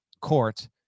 Court